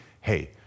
hey